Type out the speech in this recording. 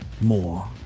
more